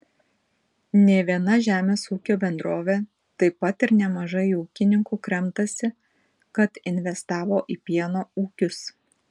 ne viena žemės ūkio bendrovė taip pat ir nemažai ūkininkų kremtasi kad investavo į pieno ūkius